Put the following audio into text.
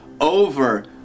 over